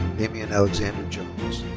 damian alexander jones.